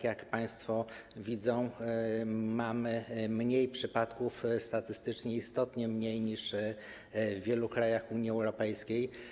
Jak państwo widzą, mamy mniej przypadków, statystycznie istotnie mniej niż w wielu krajach Unii Europejskiej.